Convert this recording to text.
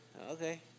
Okay